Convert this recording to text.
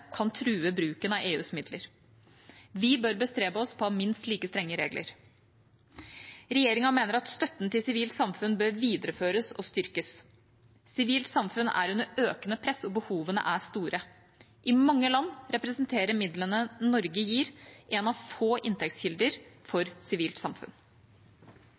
kan true bruken av EUs midler. Vi bør bestrebe oss på å ha minst like strenge regler. Regjeringa mener at støtten til sivilt samfunn bør videreføres og styrkes. Sivilt samfunn er under økende press, og behovene er store. I mange land representerer midlene Norge gir, en av få inntektskilder for sivilt samfunn.